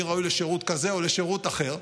מי ראוי לשרות כזה או לשרות אחר,